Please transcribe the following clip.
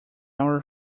our